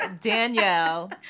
Danielle